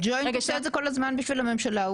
הג'וינט עושה את זה כל הזמן בשביל הממשלה הוא